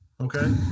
okay